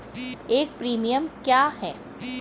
एक प्रीमियम क्या है?